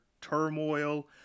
turmoil